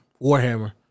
Warhammer